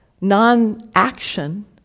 non-action